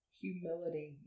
humility